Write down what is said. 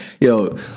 Yo